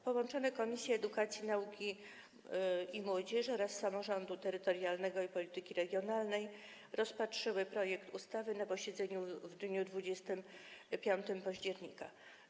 Połączone Komisja Edukacji, Nauki i Młodzieży oraz Komisja Samorządu Terytorialnego i Polityki Regionalnej rozpatrzyły projekt ustawy na posiedzeniu w dniu 25 października.